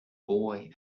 boy